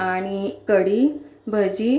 आणि कढी भजी